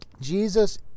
Jesus